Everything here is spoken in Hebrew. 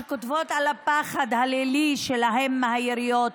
שכותבות על הפחד הלילי שלהן מהיריות.